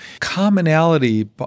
Commonality